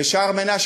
ושער-מנשה,